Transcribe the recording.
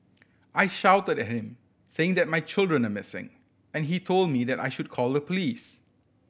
I shouted at him saying that my children are missing and he told me that I should call the police